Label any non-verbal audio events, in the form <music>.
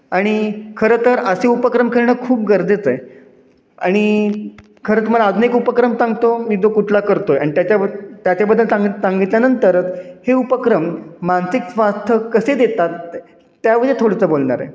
आणि खरं तर असे उपक्रम करणं खूप गरजेचं आहे आणि खरं तुम्हाला अजून एक उपक्रम सांगतो मी जो कुठला करतो आहे आणि त्याच्याब त्याच्याबद्दल सांग सांगितल्यानंतरच हे उपक्रम मानसिक स्वास्थ्य कसे देतात त्या <unintelligible> थोडंसं बोलणार आहे